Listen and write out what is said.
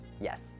yes